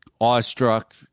awestruck